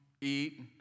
eat